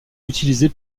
utilisée